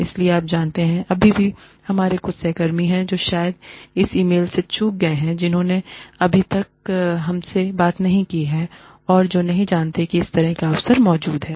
इसलिए आप जानते हैं अभी भी हमारे कुछ सहकर्मी हैं जो शायद इस ई मेल से चूक गए हैं जिन्होंने अभी तक हमसे बात नहीं की है और जो नहीं जानते हैं कि इस तरह का अवसर मौजूद है